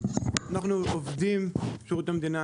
אנחנו עובדים בשירות המדינה.